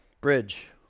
bridge